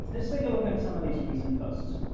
let's take a look at some of these recent posts.